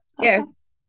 yes